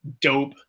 dope